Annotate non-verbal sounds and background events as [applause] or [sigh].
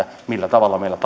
millä tavalla meillä [unintelligible]